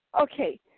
okay